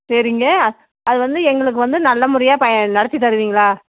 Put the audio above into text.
சரிங்க அத் அது வந்து எங்களுக்கு வந்து நல்ல முறையா பய நடத்தித் தருவீங்களா